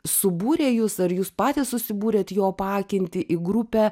subūrė jus ar jūs patys susibūrėt jo paakinti į grupę